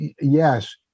yes